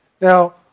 Now